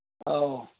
ꯑꯧ